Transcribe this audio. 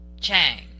Chang